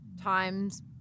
times